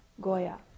Goya